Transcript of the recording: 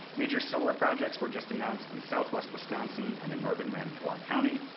major solar projects were just announced in southwest wisconsin and in northern manitowoc county,